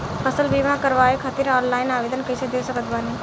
फसल बीमा करवाए खातिर ऑनलाइन आवेदन कइसे दे सकत बानी?